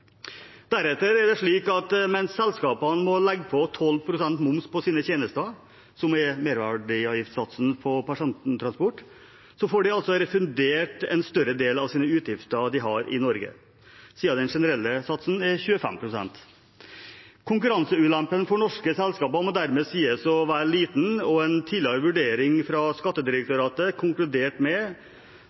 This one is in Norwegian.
Deretter er det slik at mens selskapene må legge 12 pst. moms på sine tjenester, som er merverdiavgiftssatsen på persontransport, får de altså refundert en større del av de utgiftene de har i Norge, siden den generelle satsen er 25 pst. Konkurranseulempen for norske selskaper må dermed sies å være liten. En tidligere vurdering fra Skattedirektoratet